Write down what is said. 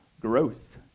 gross